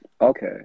okay